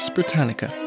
Britannica